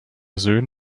söhnen